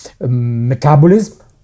metabolism